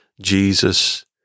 Jesus